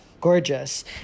gorgeous